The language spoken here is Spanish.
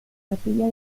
capilla